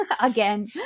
again